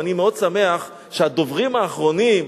אבל אני מאוד שמח שהדוברים האחרונים,